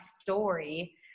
story